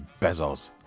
Bezos